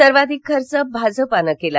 सर्वाधिक खर्च भाजपानं केला